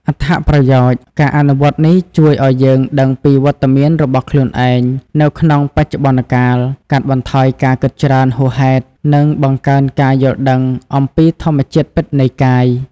អត្ថប្រយោជន៍ ការអនុវត្តន៍នេះជួយឲ្យយើងដឹងពីវត្តមានរបស់ខ្លួនឯងនៅក្នុងបច្ចុប្បន្នកាល កាត់បន្ថយការគិតច្រើនហួសហេតុ និងបង្កើនការយល់ដឹងអំពីធម្មជាតិពិតនៃកាយ។